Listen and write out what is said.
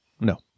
No